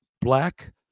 black